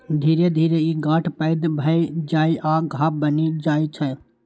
धीरे धीरे ई गांठ पैघ भए जाइ आ घाव बनि जाइ छै